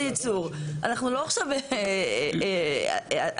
אנחנו לא נדרשים להציג הצהרה של אי-עמידה כרגע,